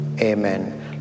Amen